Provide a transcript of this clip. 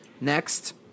next